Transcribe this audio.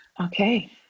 Okay